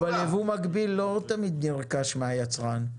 אבל ייבוא מקביל לא תמיד נרכש מהיצרן.